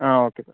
ആ okay sir